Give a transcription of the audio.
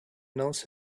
knows